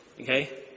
Okay